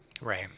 Right